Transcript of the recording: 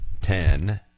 ten